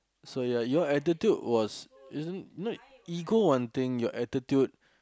so ya your attitude was isn't n~ ego one thing your attitude